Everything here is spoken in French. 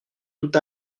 tout